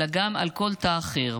אלא גם על כל תא אחר.